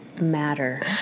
matter